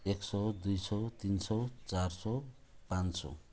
एक सय दुई सय तिन सय चार सय पाँच सय